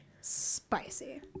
Spicy